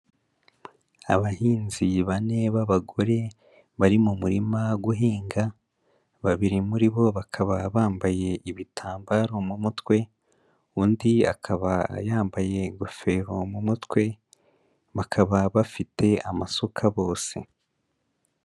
Abahinzi bane b'abagore bari mu murima guhinga, babiri muri bo bakaba bambaye ibitambaro mu mutwe, undi akaba yambaye ingofero mu mutwe, bakaba bafite amasuka bose.